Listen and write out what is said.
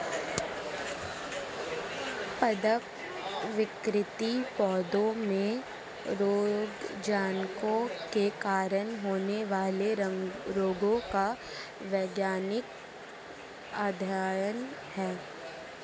पादप विकृति पौधों में रोगजनकों के कारण होने वाले रोगों का वैज्ञानिक अध्ययन है